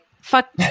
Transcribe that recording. fuck